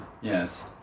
Yes